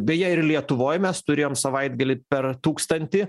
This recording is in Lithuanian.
beje ir lietuvoj mes turėjom savaitgalį per tūkstantį